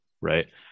right